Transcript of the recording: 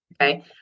okay